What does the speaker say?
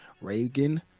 Reagan